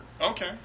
Okay